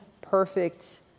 perfect